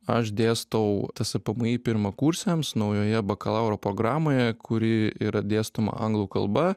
aš dėstau tspmi pirmakursiams naujoje bakalauro programoje kuri yra dėstoma anglų kalba